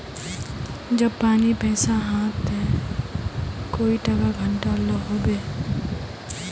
जब पानी पैसा हाँ ते कई टका घंटा लो होबे?